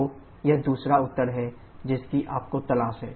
तो यह दूसरा उत्तर है जिसकी आपको तलाश है